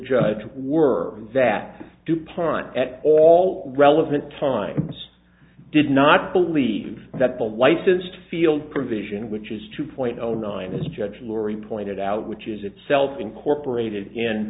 judge of were that dupont at all relevant times did not believe that the licensed field provision which is two point zero nine is judge laurie pointed out which is itself incorporated in